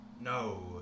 No